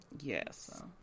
Yes